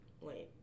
Wait